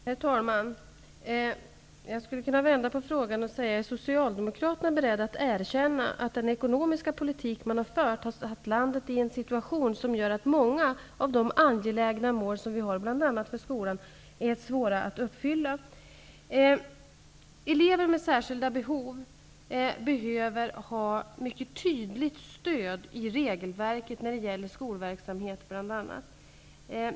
Herr talman! Jag skulle kunna vända på frågan. Är socialdemokraterna beredda att erkänna att den ekonomiska politik de har fört har försatt landet i en situation som gör att många av de angelägna mål som vi har, bl.a. för skolan, är svåra att uppfylla? Elever med särskilda behov behöver ha mycket tydligt stöd i regelverket, bl.a. när det gäller skolverksamhet.